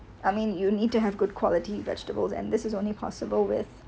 I mean you need to have good quality vegetables and this is only possible with